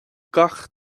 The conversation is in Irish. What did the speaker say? gach